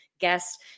guest